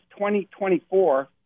2024